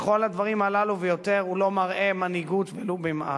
בכל הדברים הללו ויותר הוא לא מראה מנהיגות ולו במעט.